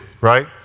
Right